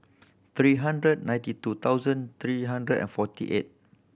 three hundred ninety two thousand three hundred and forty eight